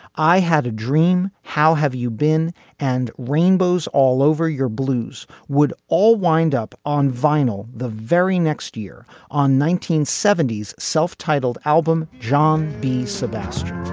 i had a dream. how have you been and rainbows all over your blues. would all wind up on vinyl the very next year on nineteen seventy s self-titled album john b. sebastian.